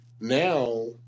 Now